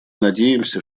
надеемся